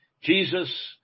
Jesus